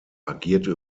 agierte